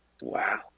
Wow